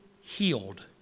healed